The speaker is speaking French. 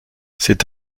c’est